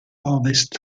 ovest